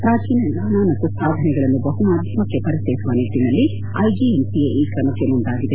ಪ್ರಾಚೀನ ಜ್ವಾನ ಮತ್ತು ಸಾಧನೆಗಳನ್ನು ಬಹುಮಾಧ್ಯಮಕ್ಕೆ ಪರಿಚಯಿಸುವ ನಿಟ್ಟನಲ್ಲಿ ಐಜಿಎನ್ ಸಿಎ ಈ ಕ್ರಮಕ್ಕೆ ಮುಂದಾಗಿದೆ